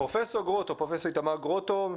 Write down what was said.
פרופ' איתמר גרוטו,